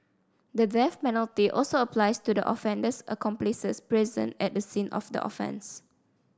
the death penalty also applies to the offender's accomplices present at a scene of the offence